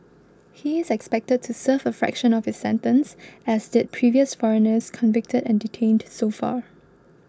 he is expected to serve a fraction of his sentence as did previous foreigners convicted and detained so far